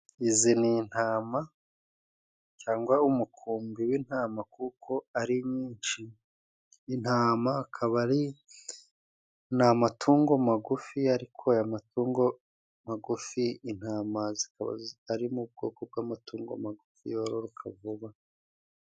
izi ni intama cyangwa umukumbi w'intama kuko ari nyinshi, intama akaba ari ni amatungo magufi ariko amatungo magufi intama zikaba ari mu bwoko bw'amatungo magufi yoroka vuba.